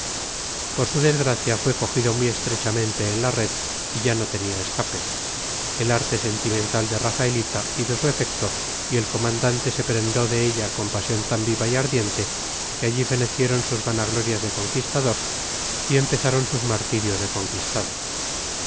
por su desgracia fue cogido muy estrechamente en la red y ya no tenía escape el arte sentimental de rafaelita hizo su efecto y el comandante se prendó de ella con pasión tan viva y ardiente que allí fenecieron sus vanaglorias de conquistador y empezaron sus martirios de conquistado